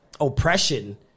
oppression